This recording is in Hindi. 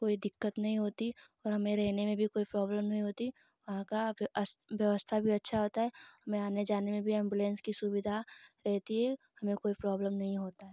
कोई दिक्कत नहीं होती और हमें रहने में भी कोई प्रॉब्लम नहीं होती वहाँ की व्यवस्था भी अच्छी होती है हमें आने जाने में भी एम्बुलेन्स की सुविधा रहती है हमें कोई प्रॉब्लम नहीं होती है